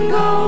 go